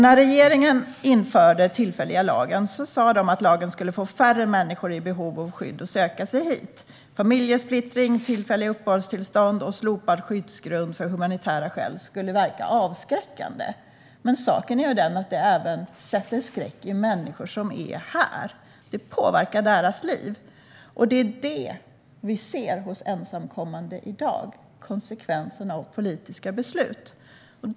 När regeringen införde den tillfälliga lagen sa man att lagen skulle få färre människor i behov av skydd att söka sig hit. Familjesplittring, tillfälliga uppehållstillstånd och slopad skyddsgrund för humanitära skäl skulle verka avskräckande. Men saken är den att det även sätter skräck i människor som är här. Det påverkar deras liv. Det är det vi ser hos ensamkommande i dag - konsekvensen av politiska beslut.